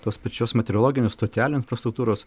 tos pačios meteorologinių stotelių infrastruktūros